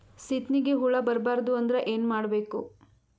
ಸೀತ್ನಿಗೆ ಹುಳ ಬರ್ಬಾರ್ದು ಅಂದ್ರ ಏನ್ ಮಾಡಬೇಕು?